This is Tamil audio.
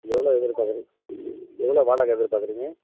எவ்வளோ எதிர்பாக்கறீ எவ்வளோ வாடகை எதிர்பார்க்குறீங்க